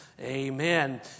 amen